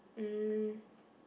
um